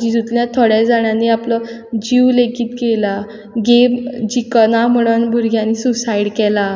तितूंतल्या थोड्यां जाणांनी आपलो जीव लेगीत घेयला गेम जिकना म्हणोन भुरग्यांनी सुसायड केला